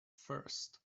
first